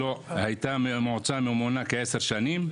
הייתה מהמועצה ממונה כעשר שנים.